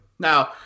Now